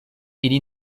ili